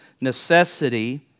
Necessity